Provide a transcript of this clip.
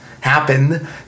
happen